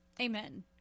amen